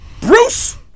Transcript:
Bruce